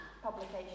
publication